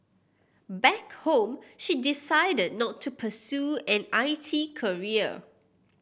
back home she decided not to pursue an I T career